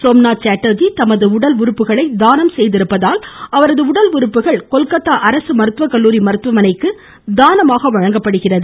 சோம்நாத் சாட்டர்ஜி தமனது உடல் உறுப்புகளை தானம் செய்திருப்பதால் உடல் உறுப்புகள் கொல்கத்தா அரசு மருத்துவ கல்லூரி அவரது மருத்துவமனைக்கு தானமாக வழங்கப்படுகிறது